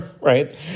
right